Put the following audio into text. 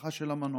המשפחה של המנוח,